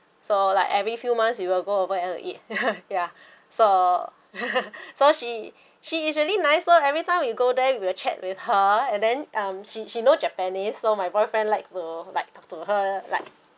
so like every few months we will go over and eat ya so so she she is really nice lor every time we go there we will chat with her and then um she she know japanese so my boyfriend like to like to her like